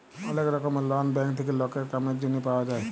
ওলেক রকমের loan bank থেক্যে লকের কামের জনহে পাওয়া যায়